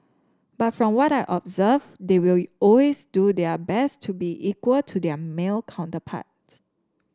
but from what I observed they will always do their best to be equal to their male counterpart